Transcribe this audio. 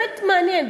באמת מעניין.